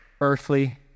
earthly